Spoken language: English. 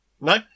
No